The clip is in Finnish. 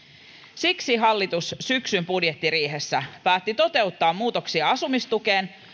siksi hallitus syksyn budjettiriihessä päätti toteuttaa muutoksia asumistukeen